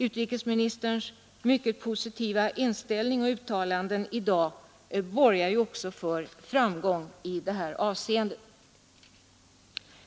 Utrikesministerns mycket positiva inställning i dag borgar ju också för framgång i det avseendet.